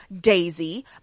Daisy